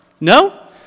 No